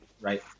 right